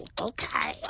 okay